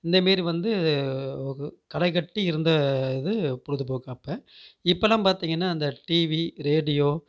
இந்தமாரி வந்து களைக்கட்டி இருந்த இது பொழுதுபோக்கு அப்போ இப்போல்லாம் பார்த்தீங்கனா அந்த டிவி ரேடியோ